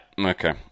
okay